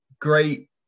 great